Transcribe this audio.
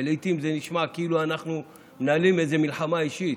ולעיתים זה נשמע כאילו אנחנו מנהלים איזו מלחמה אישית,